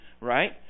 Right